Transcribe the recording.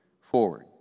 forward